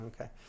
okay